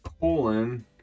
colon